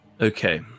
Okay